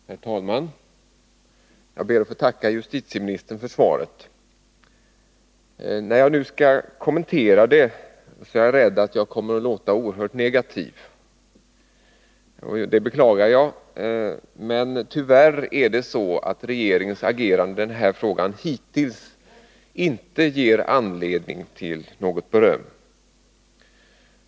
Herr talman! Jag ber att få tacka justitieministern för svaret. När jag nu skall kommentera det är jag rädd att jag kommer att låta oerhört negativ. Det beklagar jag, men tyvärr ger regeringens agerande hittills i denna fråga inte anledning till något beröm.